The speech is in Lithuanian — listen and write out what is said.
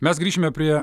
mes grįšime prie